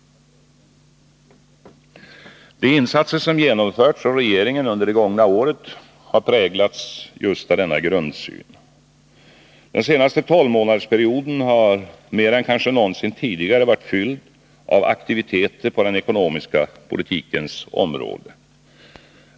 De insatser som genomförts av regeringen under det gångna året har präglats just av denna grundsyn. Den senaste tolvmånadersperioden har mer än kanske någonsin tidigare varit fylld av aktiviteter på den ekonomiska politikens område.